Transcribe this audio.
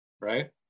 right